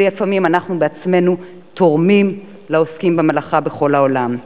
ולפעמים אנחנו בעצמנו תורמים לעוסקים במלאכה בכל העולם.